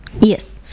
yes